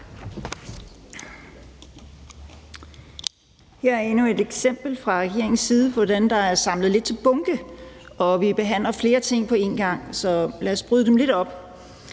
Her er endnu et eksempel fra regeringens side på, at der er samlet lidt til bunke. Vi behandler flere ting på en gang, så lad os bryde dem lidt op.